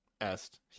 asked